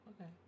Okay